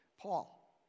Paul